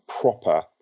proper